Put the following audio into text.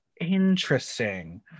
Interesting